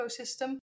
ecosystem